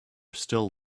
still